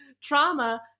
trauma